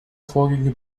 vorgänge